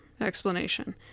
explanation